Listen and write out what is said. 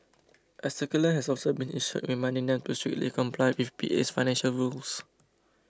a circular has also been issued reminding them to strictly comply with P A's financial rules